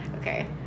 Okay